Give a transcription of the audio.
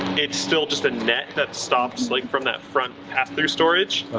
it's still just a net that stops sleek from that front pass through storage,